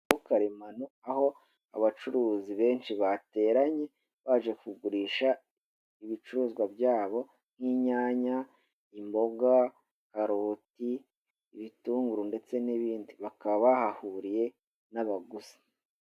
Karemano aho abacuruzi benshi bateranye baje kugurisha ibicuruzwa byabo nk'inyanya, imboga, haroti, ibitunguru ndetse n'ibindi bakaba bahahuriye n'abaguzi.